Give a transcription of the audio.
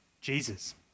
Jesus